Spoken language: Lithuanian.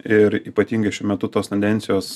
ir ypatingai šiuo metu tos tendencijos